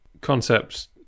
concepts